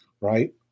right